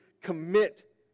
commit